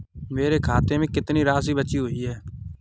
मेरे खाते में कितनी राशि बची हुई है?